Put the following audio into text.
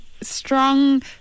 Strong